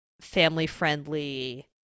family-friendly